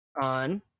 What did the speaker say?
On